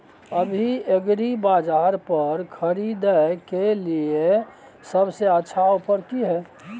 अभी एग्रीबाजार पर खरीदय के लिये सबसे अच्छा ऑफर की हय?